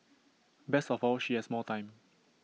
best of all she has more time